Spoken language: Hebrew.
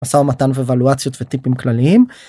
משא ומתן וולואציות וטיפים כלליים.